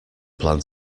plant